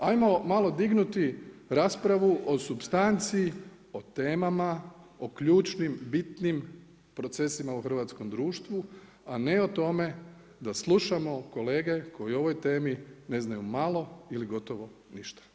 Hajmo malo dignuti raspravu o supstanci, o temama, o ključnim, bitnim procesima u hrvatskom društvu, a ne o tome da slušamo kolege koji o ovoj temi ne znaju malo ili gotovo ništa.